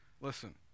Listen